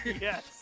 Yes